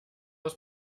aus